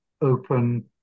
open